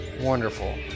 wonderful